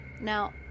Now